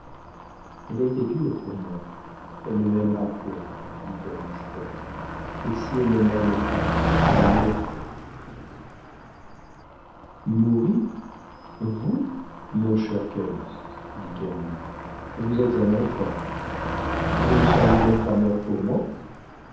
elle a été dure pour moi elle ne m'aimera point dit calyste et si elle ne m'aime pas j'en mourrai mourir vous mon cher calyste dit camille vous êtes un enfant vous ne seriez donc pas mort pour moi